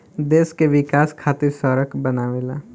देश के विकाश खातिर सड़क बनावेला